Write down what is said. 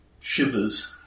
shivers